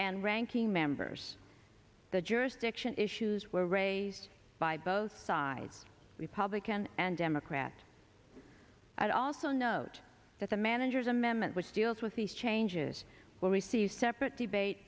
and ranking members the jurisdiction issues were raised by both sides republican and democrat i also note that the manager's amendment which deals with these changes when we see separate debate